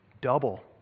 double